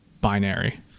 binary